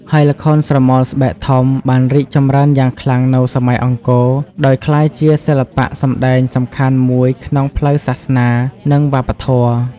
ហើយល្ខោនស្រមោលស្បែកធំ បានរីកចម្រើនយ៉ាងខ្លាំងនៅសម័យអង្គរ ដោយក្លាយជាសិល្បៈសម្តែងសំខាន់មួយក្នុងផ្លូវសាសនា និងវប្បធម៌។